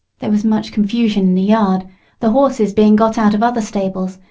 there was much confusion in the yard the horses being got out of other stables,